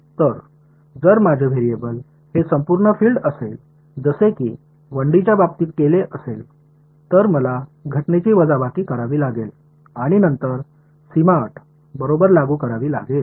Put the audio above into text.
तर जर माझे व्हेरिएबल हे संपूर्ण फील्ड असेल जसे की 1D च्या बाबतीत केले असेल तर मला घटनेची वजाबाकी करावी लागेल आणि नंतर सीमा अट बरोबर लागू करावी लागेल